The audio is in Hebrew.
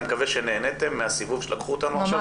אני מקווה שנהניתם מהסיבוב שלקחו אותנו אליו עכשיו.